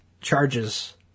charges